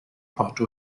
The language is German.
porto